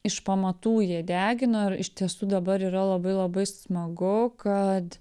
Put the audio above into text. iš pamatų jie degino ir iš tiesų dabar yra labai labai smagu kad